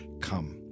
come